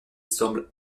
semble